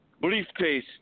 briefcase